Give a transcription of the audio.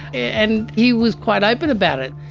and he was quite open about it.